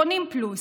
קונים פלוס,